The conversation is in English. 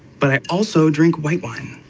but i also drink white wine.